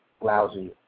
lousy